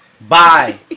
Bye